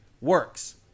works